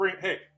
Hey